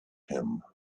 him